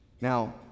Now